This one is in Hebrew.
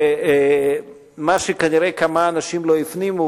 ומה שכנראה כמה אנשים לא הפנימו,